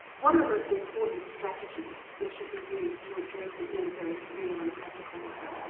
what are the most important strategies that should be used to address it in a very real and practical way?